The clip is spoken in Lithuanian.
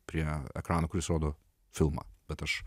prie ekrano kuris rodo filmą bet aš